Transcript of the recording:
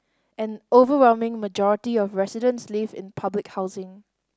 an overwhelming majority of residents live in public housing